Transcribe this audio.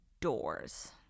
doors